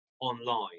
online